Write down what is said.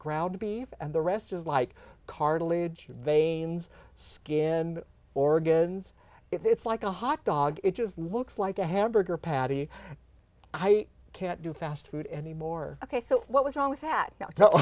ground beef and the rest is like cartilage veins skin organs it's like a hot dog it just looks like a hamburger patty i can't do fast food anymore ok so what was wrong with that